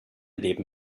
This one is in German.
leben